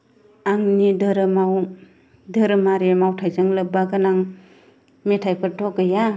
आंनि धोरोमाव धोरोमारि मावथाइजों लोब्बा गोनां मेथाइफोरथ' गैया